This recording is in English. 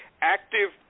active